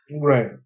Right